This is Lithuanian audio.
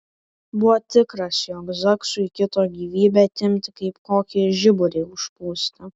buvo tikras jog zaksui kito gyvybę atimti kaip kokį žiburį užpūsti